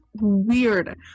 weird